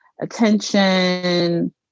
Attention